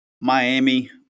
Miami